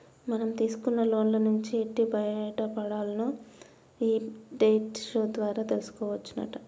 మనం తీసుకున్న లోన్ల నుంచి ఎట్టి బయటపడాల్నో ఈ డెట్ షో ద్వారా తెలుసుకోవచ్చునట